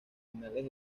finales